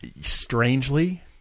Strangely